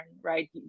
right